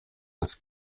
als